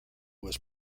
was